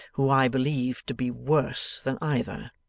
who i believe to be worse than either.